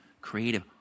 creative